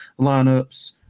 lineups